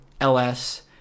LS